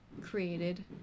created